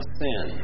sin